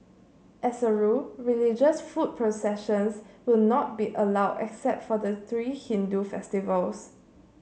as a rule religious foot processions will not be allowed except for the three Hindu festivals